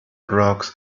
rocks